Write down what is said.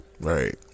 right